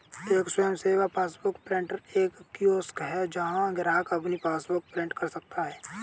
एक स्वयं सेवा पासबुक प्रिंटर एक कियोस्क है जहां ग्राहक अपनी पासबुक प्रिंट कर सकता है